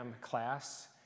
class